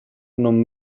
non